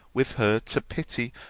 with her, to pity,